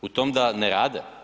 U tom da ne rade?